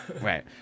Right